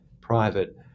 private